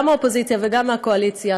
גם מהאופוזיציה וגם מהקואליציה,